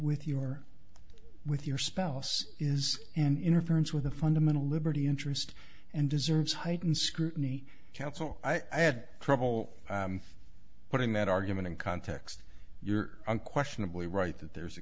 with you or with your spouse is an interference with the fundamental liberty interest and deserves heightened scrutiny counsel i had trouble putting that argument in context you are unquestionably right that there's a